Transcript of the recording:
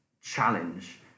challenge